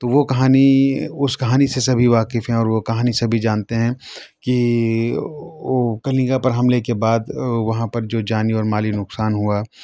تو وہ کہانی اُس کہانی سے سبھی واقف ہیں اور وہ کہانی سبھی جانتے ہیں کہ وہ کلیگا پر حملے کے بعد وہاں پر جو جانی اور مالی نقصانی ہوا